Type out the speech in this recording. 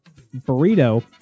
Burrito